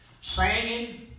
singing